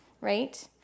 right